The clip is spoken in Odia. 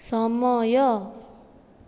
ସମୟ